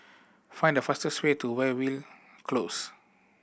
find the fastest way to Weyhill Close